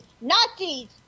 Nazis